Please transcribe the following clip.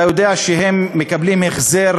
אתה יודע שהם מקבלים החזר